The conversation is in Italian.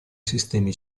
sistemi